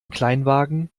kleinwagen